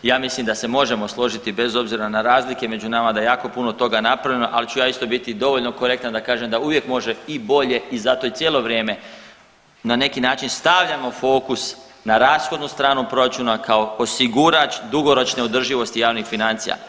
Ja mislim da se možemo složiti bez obzira na razlike među nama da je jako puno toga napravljeno, ali ću ja isto biti dovoljno korektan da kažem da uvijek može i bolje i zato i cijelo vrijeme na neki način stavljamo fokus na rashodnu stranu proračuna kao osigurač dugoročne održivosti javnih financija.